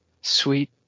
Sweet